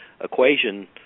equation